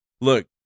look